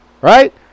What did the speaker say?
right